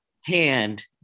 hand